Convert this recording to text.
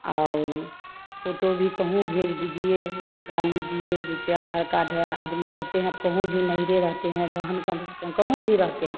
और फोटो भी कहूँ भी भेज दीजिए निकाल लीजिए जैसे अधार कार्ड है आदमी रहते हैं कहूँ भी नहिरे रहते हैं वाहन का डरते हैं कहूँ भी रहते हैं